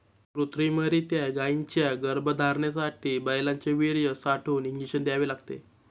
कृत्रिमरीत्या गायींच्या गर्भधारणेसाठी बैलांचे वीर्य साठवून इंजेक्शन द्यावे लागते